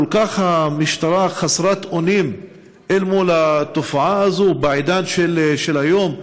המשטרה כל כך חסרת אונים אל מול התופעה הזאת בעידן של היום?